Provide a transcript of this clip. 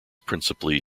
principally